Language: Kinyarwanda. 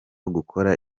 gukora